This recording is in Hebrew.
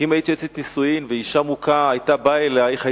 כי אם היית יועצת נישואים ואשה מוכה היתה באה אלייך,